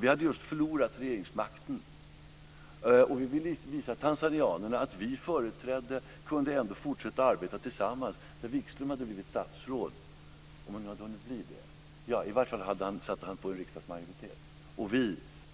Vi hade just förlorat regeringsmakten, och vi ville visa tanzanianerna att vi ändå kunde fortsätta att arbeta tillsammans. Jag undrar om Wikström hade hunnit bli statsråd. Han hade i varje fall en riksdagsmajoritet bakom sig.